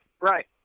right